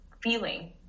feeling